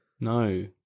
No